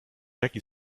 jaki